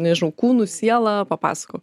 nežinau kūnu siela papasakok